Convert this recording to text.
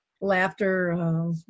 laughter